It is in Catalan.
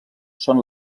són